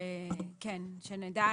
כן, שנדע.